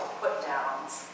put-downs